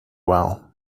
well